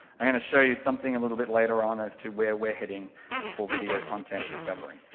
i'm gonna show you something a little bit later on as to where we're heading for video content discovery.